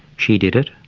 she did it,